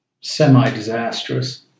semi-disastrous